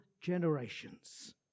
Generations